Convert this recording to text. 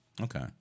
Okay